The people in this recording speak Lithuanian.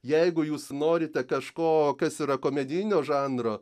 jeigu jūs norite kažko kas yra komedinio žanro